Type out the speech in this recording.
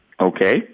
Okay